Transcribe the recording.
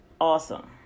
Awesome